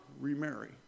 remarry